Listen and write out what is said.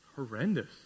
Horrendous